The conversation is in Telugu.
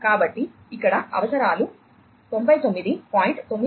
కాబట్టి ఇక్కడ అవసరాలు 99